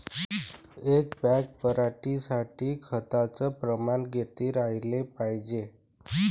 एक बॅग पराटी साठी खताचं प्रमान किती राहाले पायजे?